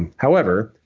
and however,